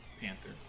Panther